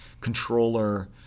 controller